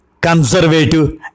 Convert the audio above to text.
conservative